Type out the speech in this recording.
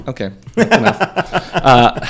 Okay